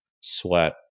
sweat